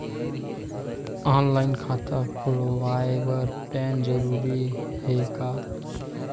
Online खाता खुलवाय बर पैन जरूरी हे का?